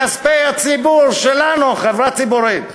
מכספי הציבור, שלנו, חברה ציבורית,